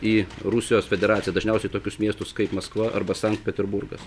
į rusijos federaciją dažniausiai į tokius miestus kaip maskva arba sankt peterburgas